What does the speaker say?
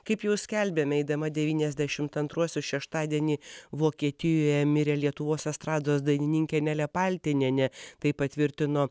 kaip jau skelbėme eidama devyniasdešimt antruosius šeštadienį vokietijoje mirė lietuvos estrados dainininkė nelė paltinienė tai patvirtino